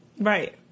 Right